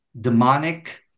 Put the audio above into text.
demonic